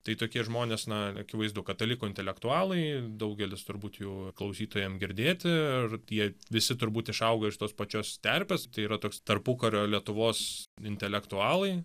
tai tokie žmonės na akivaizdu katalikų intelektualai daugelis turbūt jų klausytojam girdėti ir jie visi turbūt išauga iš tos pačios terpės tai yra toks tarpukario lietuvos intelektualai